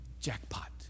Jackpot